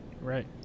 Right